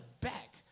back